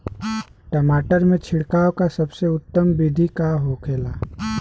टमाटर में छिड़काव का सबसे उत्तम बिदी का होखेला?